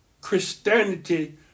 Christianity